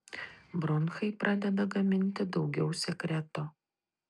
bronchai pradeda gaminti daugiau sekreto